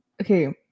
okay